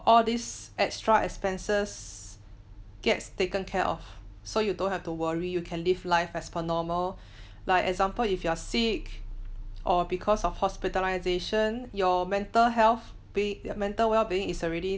all this extra expenses gets taken care of so you don't have to worry you can live life as per normal like example if you are sick or because of hospitalisation your mental health ~be mental wellbeing is already